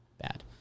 bad